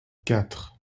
quatre